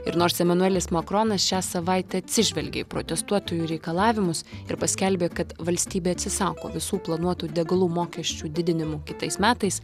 ir nors emanuelis makronas šią savaitę atsižvelgė į protestuotojų reikalavimus ir paskelbė kad valstybė atsisako visų planuotų degalų mokesčių didinimų kitais metais